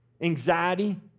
anxiety